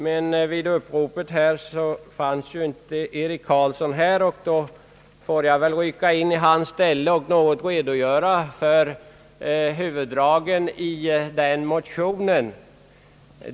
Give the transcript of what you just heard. Då Eric Carlsson inte fanns här vid uppropet får jag rycka in i hans ställe och redogöra för huvuddragen i denna.